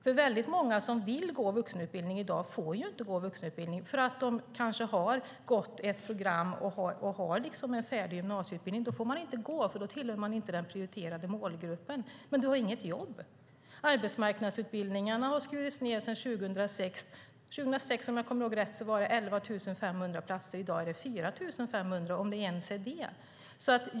Många som i dag vill gå i vuxenutbildning får inte göra det eftersom de kanske gått ett program och har en färdig gymnasieutbildning. Då får de inte gå eftersom de inte tillhör den prioriterade målgruppen. Men de har inget jobb! Arbetsmarknadsutbildningarna har sedan 2006 skurits ned. Om jag kommer ihåg rätt fanns det 11 500 platser 2006. I dag är det 4 500, om ens det.